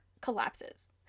collapses